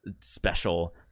special